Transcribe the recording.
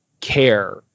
care